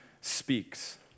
speaks